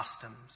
customs